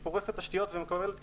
היא פורסת תשתיות ומקבלת כסף.